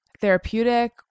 therapeutic